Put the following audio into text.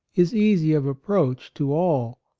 is easy of approach to all.